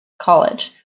college